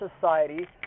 Society